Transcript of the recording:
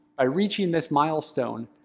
by reaching this milestone,